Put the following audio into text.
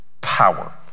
power